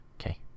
Okay